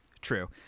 True